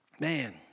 Man